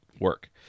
work